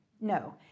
No